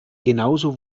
genauso